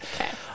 okay